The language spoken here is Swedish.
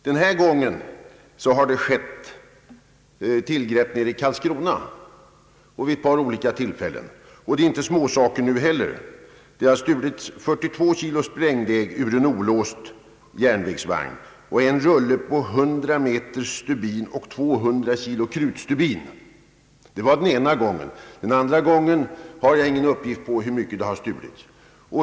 Den här gången har allvarliga tillgrepp skett i Karlskrona vid ett par olika tillfällen. Det var 42 kilo sprängdeg som stals ur en olåst järnvägsvagn plus en rulle stubintråd på 100 meter samt 200 kilo krutstubin. Detta var vid det ena tillfället, vad som hände vid det andra har jag inga uppgifter om.